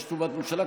יש תשובת ממשלה?